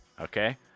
Okay